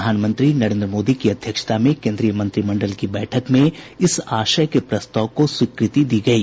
प्रधानमंत्री नरेन्द्र मोदी की अध्यक्षता में केन्द्रीय मंत्रिमंडल की बैठक में इस आशय के प्रस्ताव को स्वीकृति दी गयी